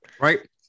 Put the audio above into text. Right